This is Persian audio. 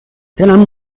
دلمم